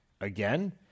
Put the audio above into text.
again